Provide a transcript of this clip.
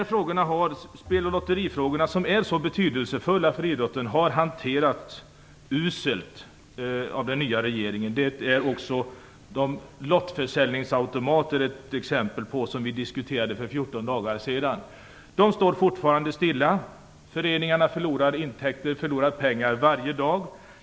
Spel och lotterifrågorna, som är så betydelsefulla för idrotten, har hanterats uselt av den nya regeringen. Det är också frågan om de lottförsäljningsautomater som vi diskuterade för fjorton dagar sedan ett exempel på. De står fortfarande stilla. Föreningarna förlorar pengar varje dag.